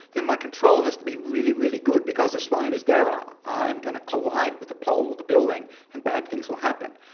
then my control has to be really, really good because the slightest error, ah i'm going to collide with the pole or the building and bad things will happen.